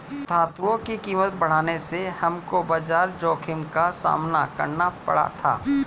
धातुओं की कीमत बढ़ने से हमको बाजार जोखिम का सामना करना पड़ा था